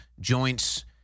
joints